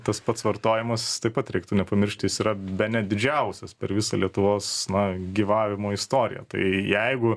tas pats vartojimas taip pat reiktų nepamiršti jis yra bene didžiausias per visą lietuvos na gyvavimo istoriją tai jeigu